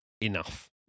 enough